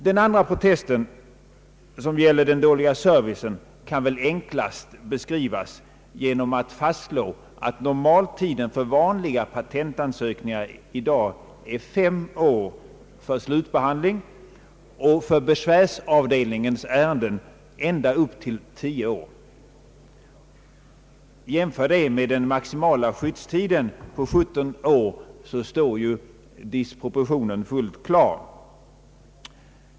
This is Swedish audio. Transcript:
Vår andra protest, som gäller den dåliga servicen, kan väl enklast beskrivas genom att fastslå att normaltiden när det gäller vanliga patentansökningar är fem år för slutbehandling och för besvärsavdelningens ärenden ända upp till tio år. Jämför det med den maximala skyddstiden på 17 år, så står disproportionen fullt klar.